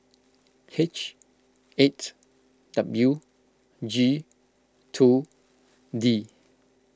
H eight W G two D